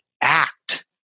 act